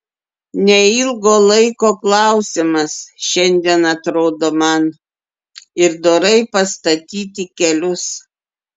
neilgo laiko klausimas šiandien atrodo man ir dorai pastatyti kelius